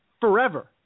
forever